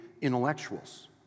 intellectuals